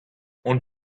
hor